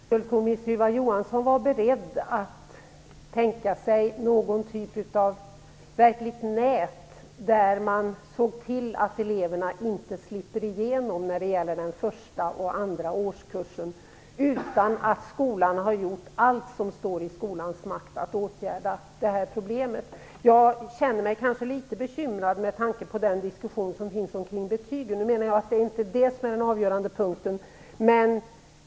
Fru talman! Skulle skolminister Ylva Johansson kunna vara beredd att tänka sig ett slags nät, som innebär att eleverna under den första och andra årskursen verkligen inte slipper igenom utan att skolan gjort allt som står i dess makt när det gäller att åtgärda dessa problem? Jag känner mig litet bekymrad med tanke på den diskussion som pågår om betygen, men det är inte den avgörande punkten.